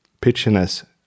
pitchiness